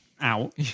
out